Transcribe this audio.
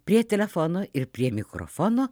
prie telefono ir prie mikrofono